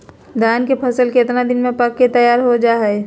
धान के फसल कितना दिन में पक के तैयार हो जा हाय?